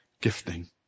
Gifting